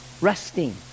resting